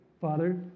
Father